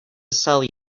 sell